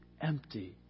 empty